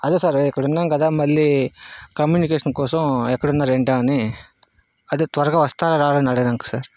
అదే సార్ ఇక్కడ ఉన్నాం కదా మళ్ళీ కమ్యూనికేషన్ కోసం ఎక్కడ ఉన్నారు ఏంటా అని అది త్వరగా వస్తారా రారా అని అడగడానికి సార్